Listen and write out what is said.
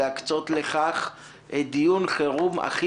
להקצות לכך דיון חירום בוועדה,